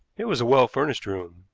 it was a well-furnished room.